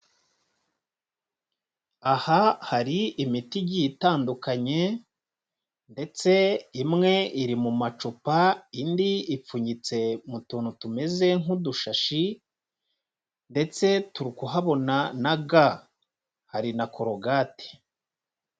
Aha hari imiti igiye itandukanye ndetse imwe iri mu macupa, indi ipfunyitse mu tuntu tumeze nk'udushashi ndetse turi kuhabona na ga, hari na korogate.